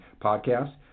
podcast